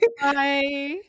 Bye